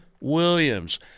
Williams